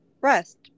rest